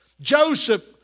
Joseph